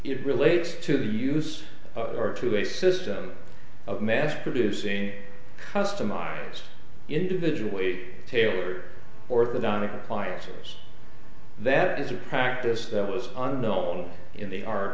it relates to the use or to a system of mass producing a customized individually tailored orthodontic appliances that is a practice that was unknown in they ar